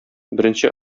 беренче